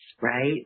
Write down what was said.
Right